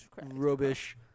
Rubbish